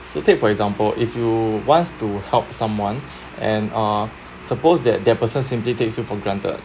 so take for example if you wants to help someone and uh suppose that that person simply takes you for granted